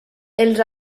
els